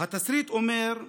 // התסריט אומר: